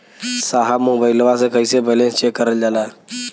साहब मोबइलवा से कईसे बैलेंस चेक करल जाला?